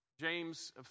James